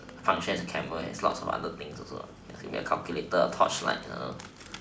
function as a camera and has lots of other things also what as in calculator torchlight uh